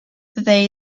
they